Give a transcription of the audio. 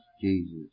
Jesus